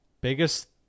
biggest